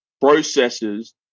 processes